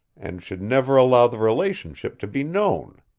and should never allow the relationship to be known.